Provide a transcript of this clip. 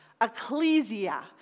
ecclesia